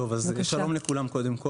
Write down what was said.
שלום לכולם.